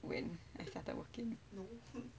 when I started working